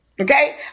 okay